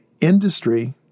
industry